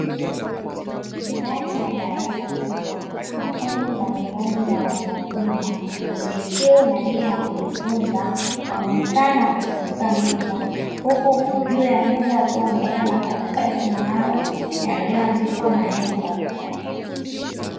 Ndani ya darasa kubwa makundi mbalimbali ya watu wazima, wenye kiu na nia ya kujifunza wamekaa na kuzunguka meza huku juu ya meza akiwa ameweka makaratasi maalumu yaliyoandikwa maneno mbalimbali.